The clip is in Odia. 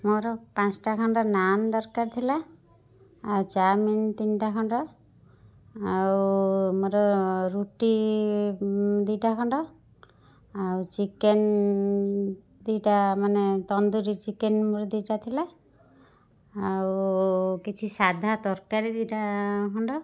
ମୋର ପାଞ୍ଚଟା ଖଣ୍ଡ ନାନ୍ ଦରକାର ଥିଲା ଆଉ ଚାଉମିନ୍ ତିନିଟା ଖଣ୍ଡ ଆଉ ମୋର ରୁଟି ଦୁଇଟା ଖଣ୍ଡ ଆଉ ଚିକେନ୍ ଦୁଇଟା ମାନେ ତନ୍ଦୁରି ଚିକେନ୍ ମୋର ଦୁଇଟା ଥିଲା ଆଉ କିଛି ସାଧା ତରକାରୀ ଦୁଇଟା ଖଣ୍ଡ